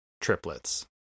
triplets